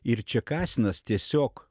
ir čekasinas tiesiog